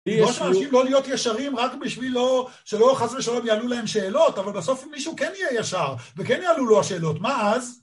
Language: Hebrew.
אנשים לא להיות ישרים רק בשבילו שלא חס ושלום יעלו להם שאלות, אבל בסוף מישהו כן יהיה ישר, וכן יעלו לו השאלות, מה אז?